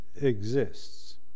Exists